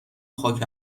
خاک